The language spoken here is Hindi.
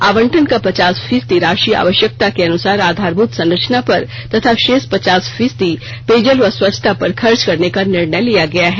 आवंटन का पचास फीसदी राशि आवश्यकता के अनुसार आधारभूत संरचना पर तथा शेष पचास फीसद पेयजल व स्वच्छता पर खर्च करने का निर्णय लिया गया है